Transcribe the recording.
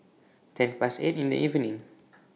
ten Past eight in The evening